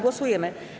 Głosujemy.